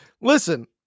listen